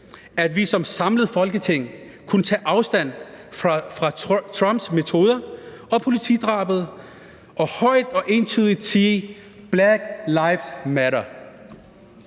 at vi som samlet Folketing kunne tage afstand fra Trumps metoder og politidrabet og højt og entydigt sige: Black lives matter!